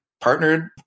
partnered